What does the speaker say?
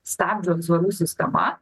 stabdžių atsvarų sistema